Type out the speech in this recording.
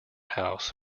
house